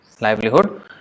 livelihood